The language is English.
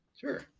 Sure